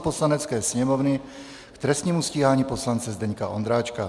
Poslanecké sněmovny k trestnímu stíhání poslance Zdeňka Ondráčka